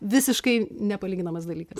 visiškai nepalyginamas dalykas